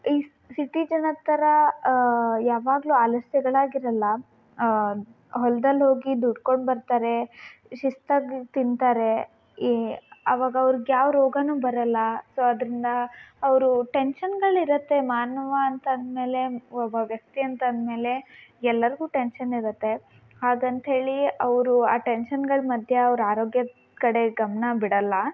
ಈ ಸಿಟಿ ಜನದ ಥರ ಯಾವಾಗಲೂ ಆಲಸ್ಯಗಳಾಗಿರಲ್ಲ ಹೊಲ್ದಲ್ಲಿ ಹೋಗಿ ದುಡ್ಕೊಂಡು ಬರ್ತಾರೆ ಶಿಸ್ತಾಗಿ ತಿಂತಾರೆ ಈ ಅವಾಗ ಅವ್ರ್ಗೆ ಯಾವ ರೋಗನೂ ಬರಲ್ಲ ಸೊ ಅದರಿಂದ ಅವರು ಟೆನ್ಷನ್ಗಳಿರುತ್ತೆ ಮಾನವ ಅಂತಂದ ಮೇಲೆ ಒಬ್ಬ ವ್ಯಕ್ತಿ ಅಂತಂದ ಮೇಲೆ ಎಲ್ಲರಿಗೂ ಟೆನ್ಷನ್ ಇರುತ್ತೆ ಹಾಗಂತ ಹೇಳಿ ಅವರು ಆ ಟೆನ್ಷನ್ಗಳ ಮಧ್ಯ ಅವ್ರ ಆರೋಗ್ಯದ ಕಡೆ ಗಮನ ಬಿಡಲ್ಲ